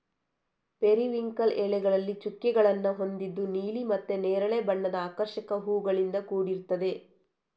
periwinkle ಎಲೆಗಳಲ್ಲಿ ಚುಕ್ಕೆಗಳನ್ನ ಹೊಂದಿದ್ದು ನೀಲಿ ಮತ್ತೆ ನೇರಳೆ ಬಣ್ಣದ ಆಕರ್ಷಕ ಹೂವುಗಳಿಂದ ಕೂಡಿರ್ತದೆ